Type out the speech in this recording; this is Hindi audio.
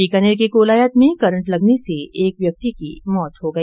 बीकानेर के कोलायत में करंट लगने से एक व्यक्ति की मृत्यु हो गई